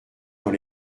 dans